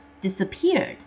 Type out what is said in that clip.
disappeared